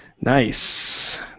Nice